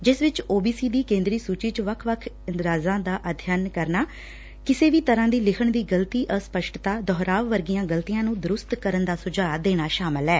ਜਿਸ ਵਿਚ O B C ਦੀ ਕੇਂਦਰੀ ਸੁਚੀ ਵਿਚ ਵੱਖ ਵੱਖ ਇੰਦਰਾਜਾਂ ਦਾ ਅਧਿਐਨ ਕਰਨਾ ਕਿਸੇ ਵੀ ਤਰਾਂ ਦੀ ਲਿਖਣ ਦੀ ਗਲਤੀ ਅਸਪੱਸਟਤਾ ਦੋਹਰਾਵ ਵਰਗੀਆਂ ਗਲਤੀਆਂ ਨੁੰ ਦਰੁਸਤ ਕਰਨ ਦਾ ਸੁਝਾਅ ਦੇਣਾ ਸ਼ਾਮਲ ਐ